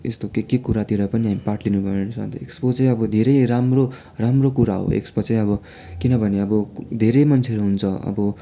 यस्तो के के कुरातिर पनि हामी पार्ट लिनु पर्यो नि सधैँ एक्सपो चाहिँ अब धेरै राम्रो राम्रो कुरा हो एक्सपो चाहिँ अब किनभने अब धेरै मान्छेहरू हुन्छ अब